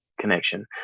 connection